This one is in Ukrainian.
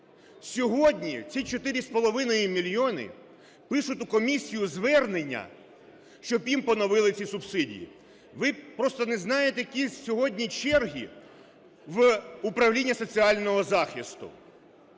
Сьогодні ці 4,5 мільйона пишуть у комісію звернення, щоб їм поновили ці субсидії. Ви просто не знаєте, які сьогодні черги в управлінні соціального захисту,